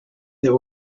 there